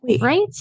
Right